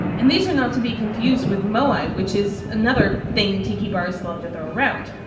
and these are not to be confused with mo'ai, which is another thing tiki bars love to throw around.